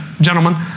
Gentlemen